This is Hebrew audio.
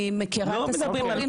אני מכירה את הסיפור.